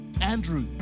Andrew